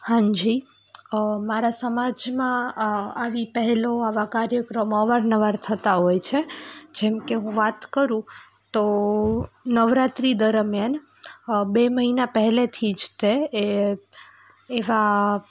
હા જી મારા સમાજમાં આવી પહેલો આવા કાર્યક્રમો અવારનવાર થતાં હોય છે જેમકે હું વાત કરું તો નવરાત્રી દરમિયાન બે મહિના પહેલેથી જ તે એ એવાં